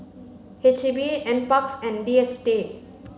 H E B NPARKS and D S T A